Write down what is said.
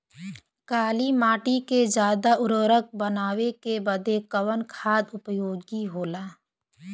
काली माटी के ज्यादा उर्वरक बनावे के बदे कवन खाद उपयोगी होला?